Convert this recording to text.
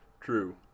True